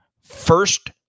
first